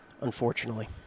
Unfortunately